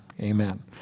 amen